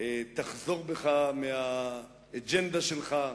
תחזור בך מהאג'נדה שלך,